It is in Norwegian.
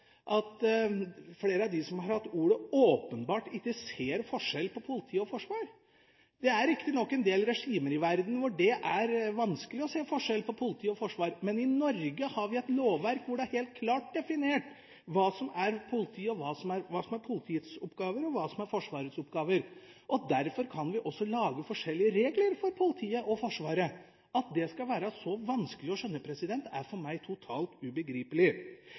flere av dem som har hatt ordet, åpenbart ikke ser forskjell på politi og forsvar. Det er riktignok en del regimer i verden hvor det er vanskelig å se forskjell på politi og forsvar, men i Norge har vi et lovverk hvor det er helt klart definert hva som er Politiets oppgaver, og hva som er Forsvarets oppgaver. Derfor kan vi også lage forskjellige regler for Politiet og Forsvaret. At det skal være så vanskelig å skjønne, er for meg totalt ubegripelig.